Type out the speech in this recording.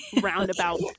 roundabout